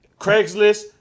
Craigslist